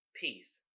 Peace